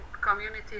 community